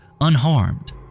unharmed